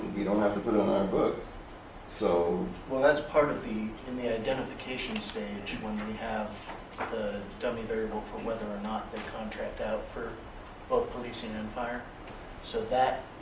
we don't have to put it on our books so well that's part of the, in the identification stage, when we have the dummy variable for whether or not they contract out for both policing and fire so that